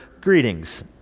greetings